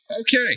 Okay